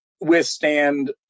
withstand